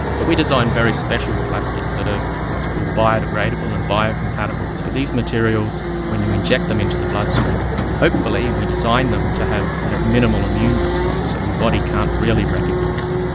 but we design very special plastics that are what's called biodegradable and biocompatible, so these materials when you inject them into the bloodstream hopefully, and we design them to have have minimal immune response, so your body can't really recognise them,